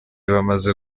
bamaze